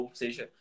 seja